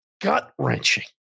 gut-wrenching